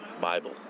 bible